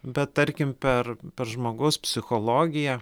bet tarkim per per žmogaus psichologiją